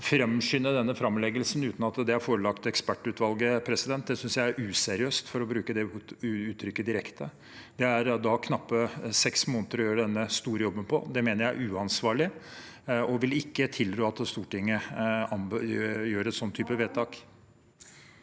framskynde denne framleggelsen uten at det er forelagt ekspertutvalget, synes jeg er useriøst, for å bruke det ut trykket direkte. Det er da knappe seks måneder å gjøre denne store jobben på. Det mener jeg er uansvarlig, og jeg vil ikke tilrå at Stortinget gjør et sånt type vedtak.